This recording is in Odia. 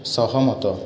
ସହମତ